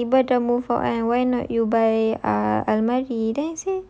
since like kaibah dah move out kan why not you buy ah almari then I say